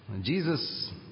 Jesus